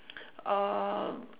uhh